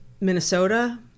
Minnesota